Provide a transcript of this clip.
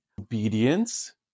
obedience